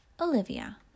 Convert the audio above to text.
Olivia